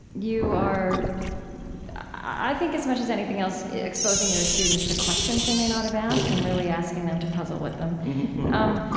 you are i think as much as anything else exposing your students to questions they may not have asked, and really asking them to puzzle with them dr.